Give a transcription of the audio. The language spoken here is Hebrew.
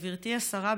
גברתי השרה,